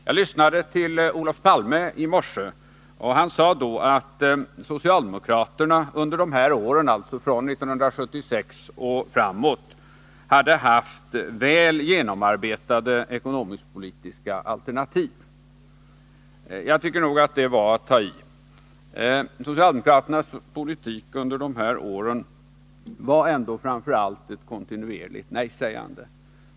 Jag lyssnade till Olof Palme i morse, och han sade att socialdemokraterna under de här åren, dvs. från 1976 och framåt, hade haft väl genomarbetade ekonomiskt-politiska alternativ. Jag tycker nog att det var att ta i. Socialdemokraternas politik under de här åren var framför allt ett kontinuerligt nejsägande.